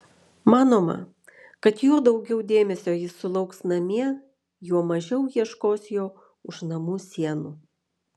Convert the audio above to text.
manoma kad juo daugiau dėmesio jis sulauks namie juo mažiau ieškos jo už namų sienų